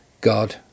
God